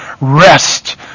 rest